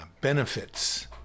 benefits